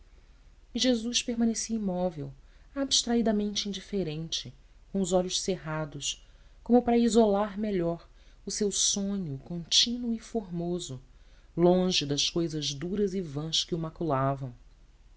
jesus permanecia imóvel abstraidamente indiferente com os olhos cerrados como para isolar melhor o seu sonho contínuo e formoso longe das cousas duras e vás que o maculavam